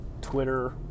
Twitter